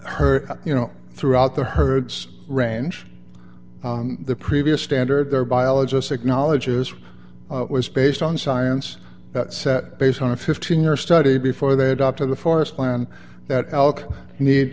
her you know throughout the herd's range the previous standard their biologists acknowledges it was based on science that set based on a fifteen year study before they adopted the forest plan that alec need